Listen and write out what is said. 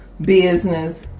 Business